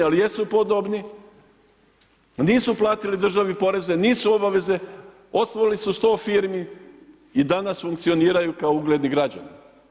Ali jesu podobni i nisu platili državi poreze, nisu obaveze, otvorili su sto firmi i danas funkcioniraju kao ugledni građani.